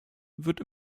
wird